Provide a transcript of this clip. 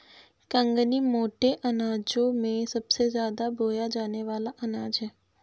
कंगनी मोटे अनाजों में सबसे ज्यादा बोया जाने वाला अनाज है